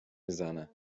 میزنه